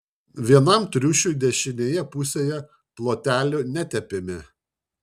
vienam triušiui dešinėje pusėje plotelių netepėme